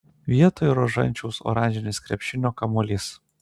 vietoj rožančiaus oranžinis krepšinio kamuolys